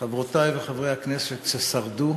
תודה, חברותי וחברי הכנסת ששרדו,